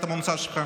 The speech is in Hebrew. הבריאות.